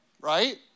right